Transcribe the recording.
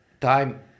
time